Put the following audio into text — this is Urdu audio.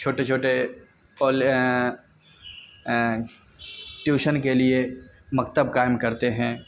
چھوٹے چھوٹے چھوٹے ٹیوشن کے لیے مکتب قائم کرتے ہیں